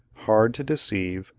hard to deceive,